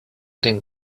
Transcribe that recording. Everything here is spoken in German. den